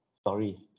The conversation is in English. stories